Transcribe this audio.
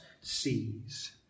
sees